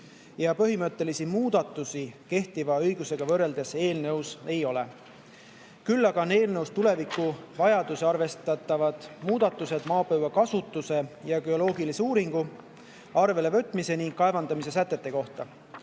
puudused. Põhimõttelisi muudatusi kehtiva õigusega võrreldes eelnõus ei ole. Küll aga on eelnõus tulevikuvajadusi arvestavad muudatused maapõue kasutamise ja geoloogilise uuringu arvele võtmise ning kaevandamise sätete kohta.